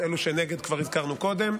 את אלו שהיו נגד כבר הזכרנו קודם,